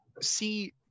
see